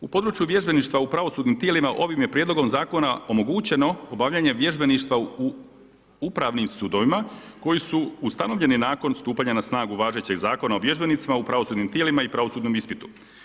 U području vježbeništva u pravosudnim tijelima ovim je prijedlogom zakona omogućeno obavljanje vježbeništva u upravim sudovima koji su ustanovljeni nakon stupanja na snagu važećeg Zakona o vježbenicima u pravosudnim tijelima i pravosudnom ispitu.